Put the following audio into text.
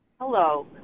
hello